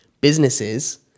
businesses